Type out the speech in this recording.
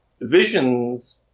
visions